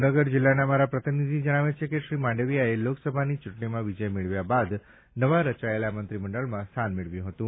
ભાવનગર જિલ્લાના અમારા પ્રતિનિધિ જણાવે છે કે શ્રી માંડવીયાએ લોકસભાની ચૂંટણીમાં વિજય મેળવ્યા બાદ નવા રચાયેલા મંત્રીમંડળમાં સ્થાન મેળવ્યું હતું